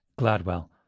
Gladwell